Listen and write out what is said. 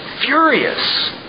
furious